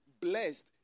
blessed